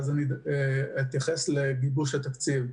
לאחר מכן אתייחס לגיבוש התקציב.